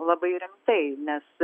labai rimtai nes